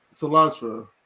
cilantro